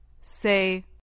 Say